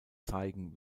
zeigen